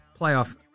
playoff